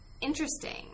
interesting